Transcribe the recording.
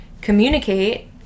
communicate